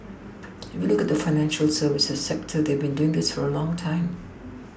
if you look at the financial services sector they have been doing this for a long time